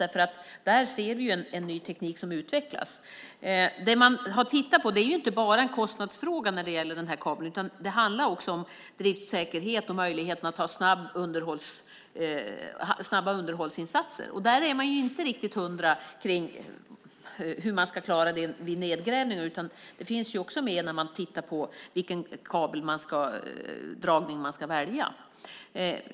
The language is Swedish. Där ser vi en ny teknik utvecklas. Den här kabeln utgör inte bara en kostnadsfråga. Det handlar också om driftssäkerhet och möjligheten att få snabba underhållsinsatser. Där är man inte riktigt "hundra" över hur det ska klaras av vid nedgrävning. Det finns också med när man tittar på vilken kabeldragning som ska väljas.